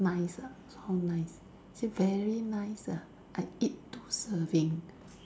nice ah how nice say very nice ah I eat two serving